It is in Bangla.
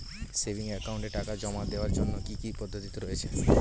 সেভিংস একাউন্টে টাকা জমা দেওয়ার জন্য কি কি পদ্ধতি রয়েছে?